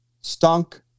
stunk